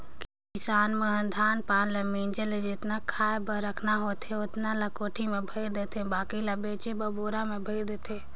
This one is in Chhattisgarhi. किसान मन ह धान पान के मिंजे ले जेतना खाय बर रखना होथे ओतना ल कोठी में भयर देथे बाकी ल बेचे बर बोरा में भयर देथे